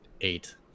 eight